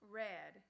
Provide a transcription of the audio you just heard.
red